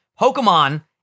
Pokemon